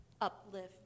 uplift